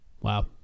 Wow